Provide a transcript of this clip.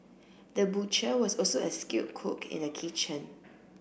the butcher was also a skilled cook in the kitchen